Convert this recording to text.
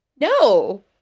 No